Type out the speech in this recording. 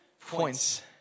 points